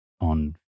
on